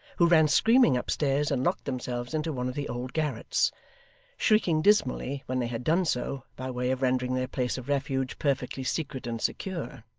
who ran screaming upstairs and locked themselves into one of the old garrets shrieking dismally when they had done so, by way of rendering their place of refuge perfectly secret and secure.